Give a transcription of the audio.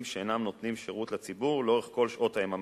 שאינם נותנים שירות לציבור לאורך כל שעות היממה.